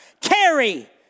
carry